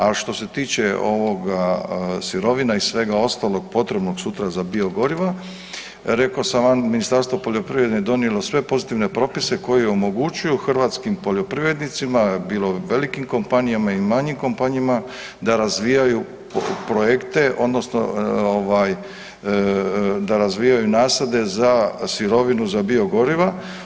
A što se tiče sirovina i svega ostalog potrebnog sutra za biogoriva, rekao sam vam da je Ministarstvo poljoprivrede donijelo sve pozitivne propise koji omogućuju hrvatskim poljoprivrednicima bilo velikim kompanijama i manjim kompanijama da razvijaju projekte odnosno da razvijaju nasade za sirovinu za biogoriva.